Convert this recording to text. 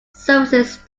services